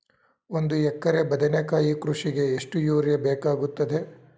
ಒಂದು ಎಕರೆ ಬದನೆಕಾಯಿ ಕೃಷಿಗೆ ಎಷ್ಟು ಯೂರಿಯಾ ಬೇಕಾಗುತ್ತದೆ?